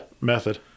method